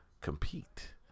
compete